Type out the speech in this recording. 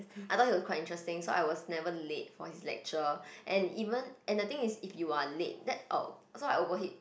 I thought he was quite interesting so I was never late for his lecture and even and the thing is if you are late that oh so I overhit